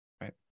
Right